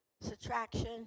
subtraction